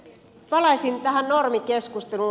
palaisin tähän normikeskusteluun